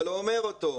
אתה לא אומר אותו.